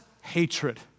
hatred